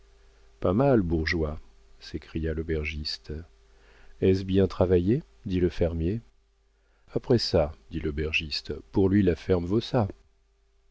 pas mal bourgeois s'écria l'aubergiste est-ce bien travaillé dit le fermier après ça dit l'aubergiste pour lui la ferme vaut ça